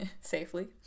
safely